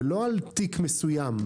ולא על תיק מסוים.